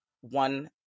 one